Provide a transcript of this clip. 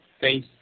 face